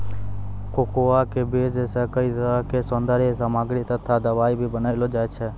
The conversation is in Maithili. कोकोआ के बीज सॅ कई तरह के सौन्दर्य सामग्री तथा दवाई भी बनैलो जाय छै